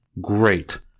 Great